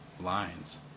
lines